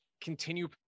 continue